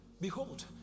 behold